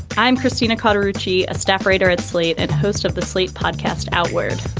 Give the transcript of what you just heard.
i'm christina carter ritchie, a staff writer at slate and host of the slate podcast outward